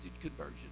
conversion